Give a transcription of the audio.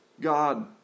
God